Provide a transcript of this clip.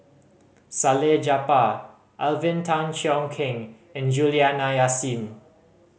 Salleh Japar Alvin Tan Cheong Kheng and Juliana Yasin